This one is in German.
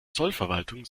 zollverwaltung